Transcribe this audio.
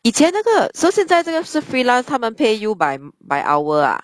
以前那个 so 现在这个是 freelance 他们 pay you by by hour ah